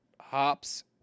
hops